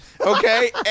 okay